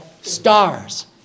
stars